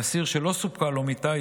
לאסיר שלא סופקה לו מיטה,